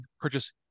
purchase